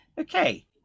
okay